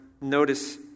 notice